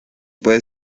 puede